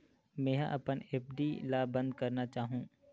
मेंहा अपन एफ.डी ला बंद करना चाहहु